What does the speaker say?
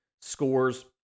scores